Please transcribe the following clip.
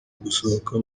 gusohoka